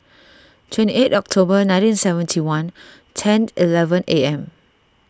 twenty eight October nineteen seventy one ten eleven A M